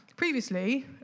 Previously